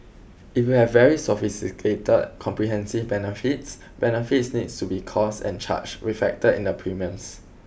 if you have very sophisticated comprehensive benefits benefits needs to be cost and charged reflected in the premiums